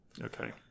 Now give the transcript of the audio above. Okay